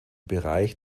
bereich